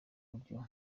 buryo